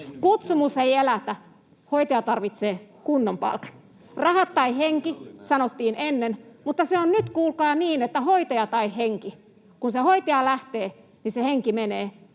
Kutsumus ei elätä. Hoitaja tarvitsee kunnon palkan. Rahat tai henki, sanottiin ennen, mutta nyt se on kuulkaa niin, että hoitaja tai henki. Kun se hoitaja lähtee, niin se henki menee.